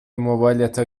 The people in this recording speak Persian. موبایلتو